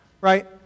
right